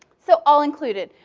so all included.